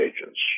agents